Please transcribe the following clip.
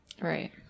Right